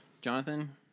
jonathan